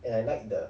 and I like that